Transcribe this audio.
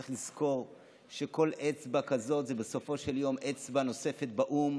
צריך לזכור שכל אצבע כזאת זה בסופו של יום אצבע נוספת באו"ם